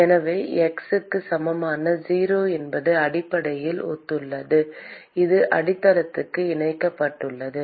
எனவே x க்கு சமமான 0 என்பது அடிப்படையில் ஒத்துள்ளது இது அடித்தளத்துடன் இணைக்கப்பட்டுள்ளது